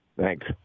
Thanks